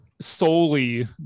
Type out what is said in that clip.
solely